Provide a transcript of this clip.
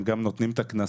הם גם נותנים את הקנסות